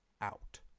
out